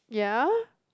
ya